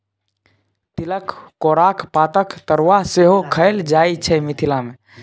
तिलकोराक पातक तरुआ सेहो खएल जाइ छै मिथिला मे